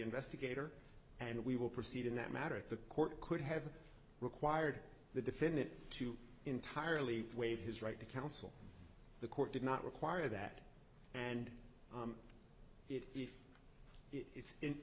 investigator and we will proceed in that matter if the court could have required the defendant to entirely waive his right to counsel the court did not require that and if it's i